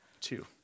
Two